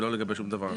ולא לגבי שום דבר אחר.